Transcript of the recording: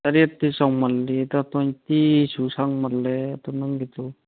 ꯇꯔꯦꯠꯇꯤ ꯆꯥꯎꯃꯜꯂꯤꯗ ꯇ꯭ꯋꯦꯟꯇꯤꯁꯨ ꯁꯥꯡꯃꯜꯂꯦ ꯑꯗꯨ ꯅꯪꯒꯤꯗꯨ